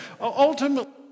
Ultimately